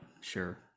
sure